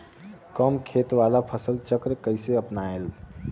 कम खेत वाला फसल चक्र कइसे अपनाइल?